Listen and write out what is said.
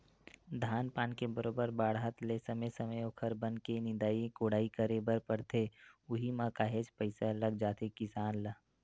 धान पान के बरोबर बाड़हत ले समे समे ओखर बन के निंदई कोड़ई करे बर परथे उहीं म काहेच पइसा लग जाथे किसान ल